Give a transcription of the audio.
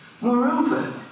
Moreover